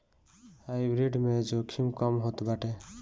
hybrid में जोखिम कम होत बाटे